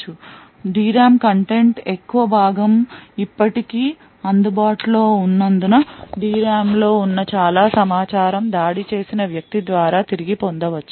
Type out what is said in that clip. D RAM కంటెంట్లో ఎక్కువ భాగం ఇప్పటికీ అందుబాటులో ఉన్నందున D RAM లో ఉన్న చాలా సమాచారం దాడి చేసిన వ్యక్తి ద్వారా తిరిగి పొందవచ్చు